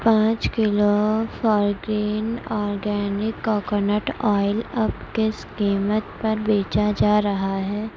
پانچ کلو فورگرین organic coconut oil اب کس قیمت پر بیچا جا رہا ہے